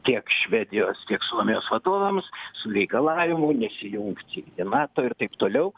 tiek švedijos tiek suomijos vadovams su reikalavimu nesijungti į nato ir taip toliau